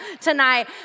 tonight